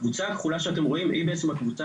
הקבוצה הכחולה שאתם רואים היא בעצם הקבוצה